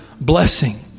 blessing